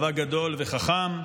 צבא גדול וחכם,